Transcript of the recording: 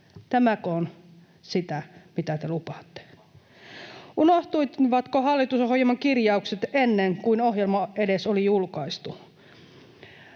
Tämäkö on sitä, mitä te lupaatte? Unohtuivatko hallitusohjelman kirjaukset ennen kuin ohjelma edes oli julkaistu?